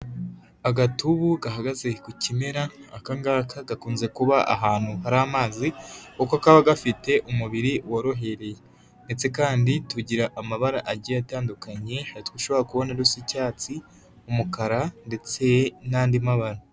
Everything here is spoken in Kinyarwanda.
Agatubu gahagaze ku kimera, aka ngaka kadakunze kuba ahantu hari amazi, kuko kaba gafite umubiri worohereye, ndetse kandi tugira amabara agiye atandukanye; hari utwo ushobora kubona dusa icyatsi, umukara ndetse n'andi mabara.